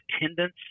attendance